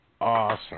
awesome